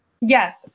Yes